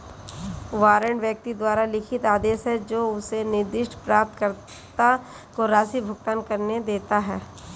warrant व्यक्ति द्वारा लिखित आदेश है जो उसे निर्दिष्ट प्राप्तकर्ता को राशि भुगतान करने देता है